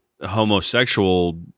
homosexual